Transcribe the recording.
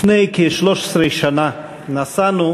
לפני כ-13 שנה נסענו,